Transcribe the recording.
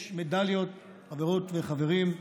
יש מדליות, חברות וחברים,